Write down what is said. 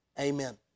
Amen